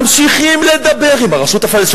ממשיכים לדבר עם הרשות הפלסטינית.